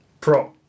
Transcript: Pro